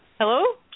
Hello